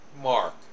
Mark